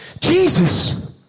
Jesus